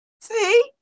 See